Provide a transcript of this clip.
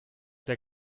der